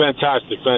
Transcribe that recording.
fantastic